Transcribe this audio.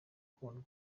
gukundwa